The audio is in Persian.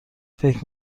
فکر